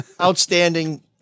outstanding